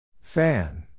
Fan